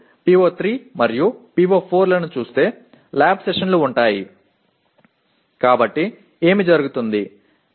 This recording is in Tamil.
ஏனெனில் PO3 மற்றும் PO4 ஐப் பார்த்தால் உண்மையில் அவை ஆய்வக அமர்வுகள் சம்பந்தப்பட்டன